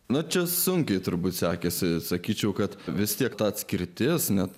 na čia sunkiai turbūt sekėsi sakyčiau kad vis tiek ta atskirtis net